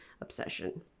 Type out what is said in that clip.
obsession